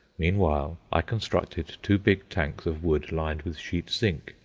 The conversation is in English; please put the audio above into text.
meanwhile i constructed two big tanks of wood lined with sheet-zinc,